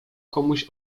komuś